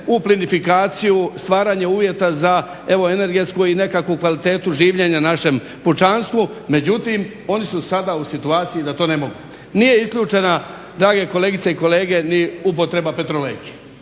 u plinifikaciju, stvaranje uvjeta za evo energetsku i nekakvu kvalitetu življenja našem pučanstvu. Međutim, oni su sada u situaciji da to ne mogu. Nije isključena drage kolegice i kolege ni upotreba petrolejke,